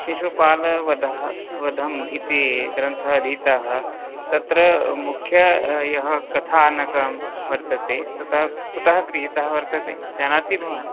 शिशुपालवधः वधम् इति ग्रन्थ अधीतः तत्र मुख्यः यः कथानकं वर्तते ततः कुतः गृहीतः वर्तते जानाति भवान्